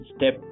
step